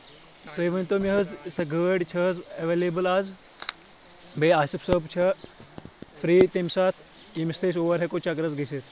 تُہۍ ؤنۍ تو مےٚ حظ سۄ گٲڑۍ چھےٚ حظ ایویلیبٔل آز بیٚیہِ آسف صٲب چھا فری تمہِ ساتہٕ ییٚمِس تہِ أسۍ اور ہؠکو چکرس گٔژھِتھ